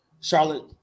Charlotte